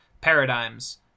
Paradigms